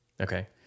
okay